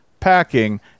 packing